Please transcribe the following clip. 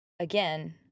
again